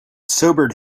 sobered